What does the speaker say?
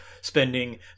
spending